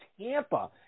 Tampa